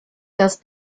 das